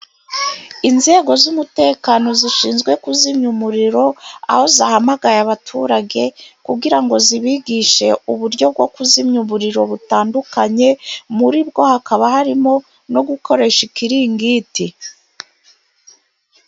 Inzego z'umutekano zishinzwe kuzimya umuriro, aho zahamagaye abaturage kugira ngo zibigishe uburyo bwo kuzimya umuriro butandukanye, muri bwo hakaba harimo no gukoresha ikiringiti.